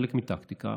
כחלק מטקטיקה,